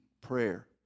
prayer